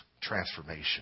transformation